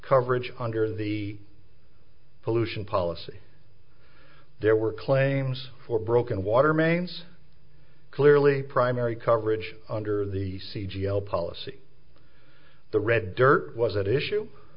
coverage under the pollution policy there were claims for broken water mains clearly primary coverage under the sea g l policy the red dirt was at issue